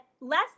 less